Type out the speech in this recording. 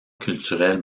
culturelle